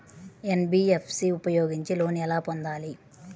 NBFC ఉపయోగించి loan ఎలా పొందాలి?